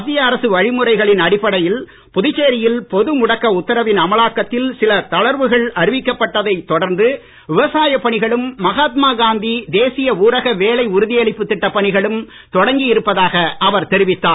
மத்திய அரசு வழிமுறைகளின் அடிப்படையில் புதுச்சேரியில் பொது முடக்க உத்தரவின் அமலாக்கத்தில் சில தளர்வுகள் அறிவிக்கப் பட்டதை தொடர்ந்து விவசாய பணிகளும் மகாத்மா காந்தி தேசிய ஊரக வேலை உறுதியளிப்பு திட்டப் பணிகளும் தொடங்கியிருப்பதாக அவர் தெரிவித்தார்